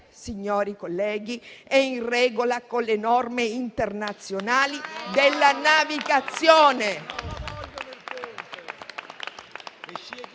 significa, colleghi, che è in regola con le norme internazionali della navigazione.